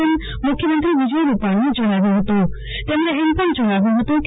તેમ મુખ્યમંત્રી વિજય રૂપાણીએ જણાવ્યુ હતું તેમણે એમ પણ જણાવ્યુ હતું કે